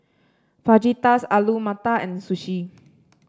Fajitas Alu Matar and Sushi